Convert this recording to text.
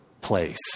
place